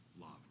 loved